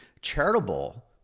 charitable